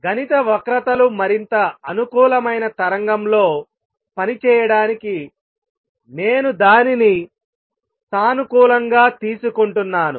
గణిత వక్రతలు మరింత అనుకూలమైన తరంగంలో పని చేయడానికి నేను దానిని సానుకూలంగా తీసుకుంటున్నాను